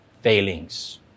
failings